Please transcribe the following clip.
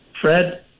Fred